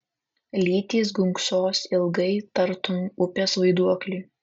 lytys gunksos ilgai tartum upės vaiduokliai